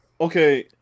Okay